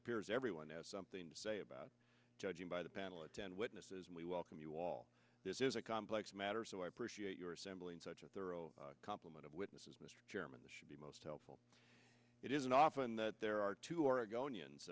appears everyone has something to say about judging by the panel of ten witnesses and we welcome you all this is a complex matter so i appreciate your assembling such a thorough complement of witnesses mr chairman should be most helpful it isn't often that there are two oregonians